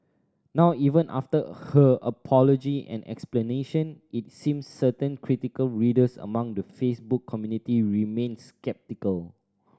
now even after her apology and explanation it seems certain critical readers among the Facebook community remained sceptical